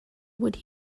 would